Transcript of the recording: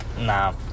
Nah